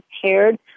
prepared